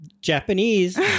Japanese